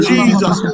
Jesus